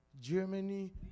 germany